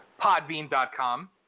podbean.com